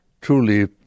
truly